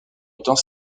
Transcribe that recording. étant